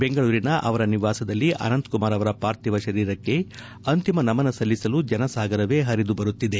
ಬೆಂಗಳೂರಿನ ಅವರ ನಿವಾಸದಲ್ಲಿ ಅನಂತಕುಮಾರ್ ಅವರ ಪಾರ್ಥಿವ ಶರೀರಕ್ಕೆ ಅಂತಿಮ ನಮನ ಸಲ್ಲಿಸಲು ಜನಸಾಗರವೇ ಹರಿದುಬರುತ್ತಿದೆ